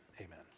amen